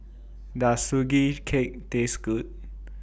Does Sugee Cake Taste Good